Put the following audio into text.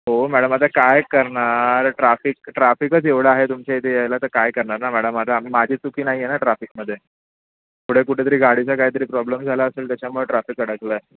हो मॅडम आता काय करणार ट्राफिक ट्राफिकच एवढं आहे तुमच्या इथे यायला तर काय करणार ना मॅडम आता माझी चुकी नाही आहे ना ट्राफिकमध्ये पुढे कुठेतरी गाडीचा काहीतरी प्रॉब्लेम झाला असेल त्याच्यामुळे ट्राफिक अडकलं आहे